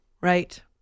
Right